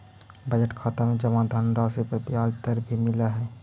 budget खाता में जमा धनराशि पर ब्याज दर भी मिलऽ हइ